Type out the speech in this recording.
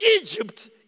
Egypt